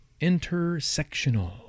intersectional